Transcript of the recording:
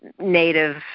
Native